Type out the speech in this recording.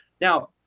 Now